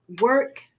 work